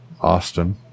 Austin